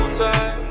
time